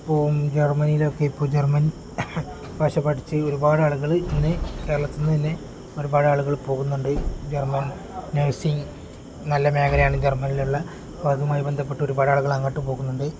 ഇപ്പോൾ ജർമ്മനിയിലൊക്കെ ഇപ്പോൾ ജർമ്മൻ ഭാഷ പഠിച്ചു ഒരുപാട് ആളുകൾ ഇന്ന് കേരളത്തിൽ നിന്ന് തന്നെ ഒരുപാട് ആളുകൾ പോകുന്നുണ്ട് ജർമ്മൻ നേഴ്സിംഗങ് നല്ല മേഖലയാണ് ജർമ്മനിയിലുള്ള അതുമായി ബന്ധപ്പെട്ട് ഒരുപാട് ആളുകൾ അങ്ങോട്ട് പോകുന്നുണ്ട്